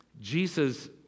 Jesus